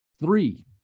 Three